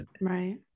right